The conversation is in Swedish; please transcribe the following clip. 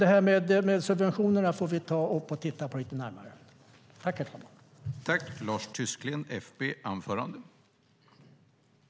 Det här med subventionerna får vi titta lite närmare på.